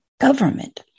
government